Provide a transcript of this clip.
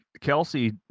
Kelsey